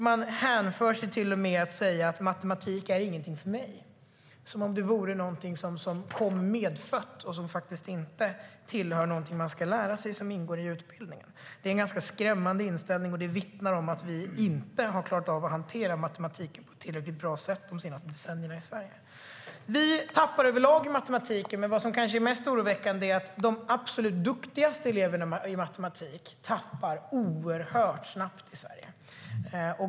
De säger till och med att matematik inte är något för dem, som om det vore något medfött och som om det inte tillhör det som man ska lära sig och som ingår i utbildningen. Det är en ganska skrämmande inställning som vittnar om att vi inte har klarat av att hantera matematik på ett tillräckligt bra sätt i Sverige under de senaste decennierna. Vi tappar överlag i matematik, men det som är kanske allra mest oroväckande är att de absolut duktigaste eleverna i matematik tappar oerhört snabbt i Sverige.